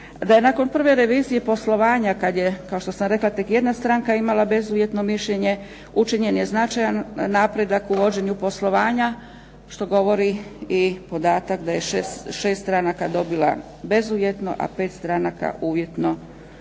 nakon prve revizije poslovanja kad je, kao što sam rekla, tek jedna stranka imala bezuvjetno mišljenje, učinjen je značajan napredak u vođenju poslovanja što govori i podatak da je 6 stranaka dobilo bezuvjetno, a 5 stranaka uvjetno